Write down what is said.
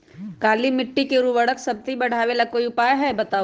काली मिट्टी में उर्वरक शक्ति बढ़ावे ला कोई उपाय बताउ?